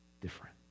different